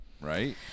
right